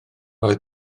oedd